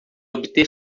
obter